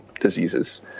diseases